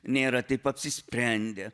nėra taip apsisprendę